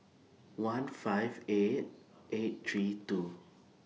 one five eight eight three two